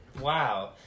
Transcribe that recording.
wow